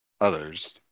others